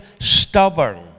stubborn